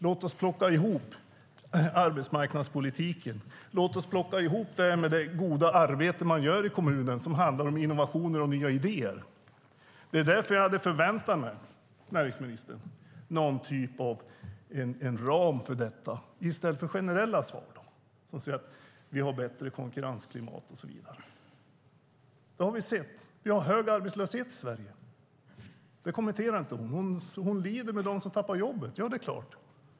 Låt oss plocka ihop arbetsmarknadspolitiken. Låt oss plocka ihop detta med det goda arbete man gör i kommunen som handlar om innovationer och nya idéer. Det är därför jag hade förväntat mig någon typ av ram för detta, näringsministern, i stället för generella svar om att vi har bättre konkurrensklimat och så vidare. Vi har sett att vi har hög arbetslöshet i Sverige. Det kommenterar inte näringsministern. Hon lider med dem som förlorar jobbet. Ja, det är klart!